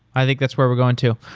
i think that's where we're going to.